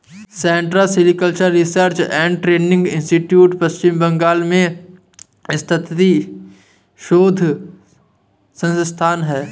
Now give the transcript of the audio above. central sericultural research and training institute Paschim Bengal में स्थित शोध संस्थान है